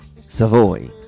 Savoy